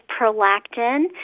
prolactin